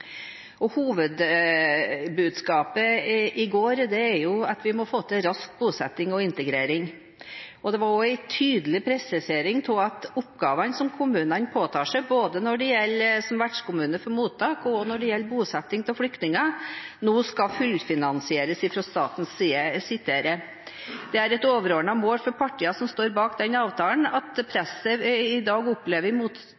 integreringsforliket. Hovedbudskapet i punktene fra i går er at vi må få til rask bosetting og integrering. Det var også en tydelig presisering av at oppgavene som kommunene påtar seg som vertskommune for både mottak og bosetting av flyktninger, skal fullfinansieres fra statens side: «Det er et overordnet mål for partiene som står bak denne avtalen at presset vi i dag opplever i